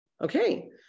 okay